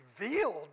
revealed